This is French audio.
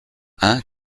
hein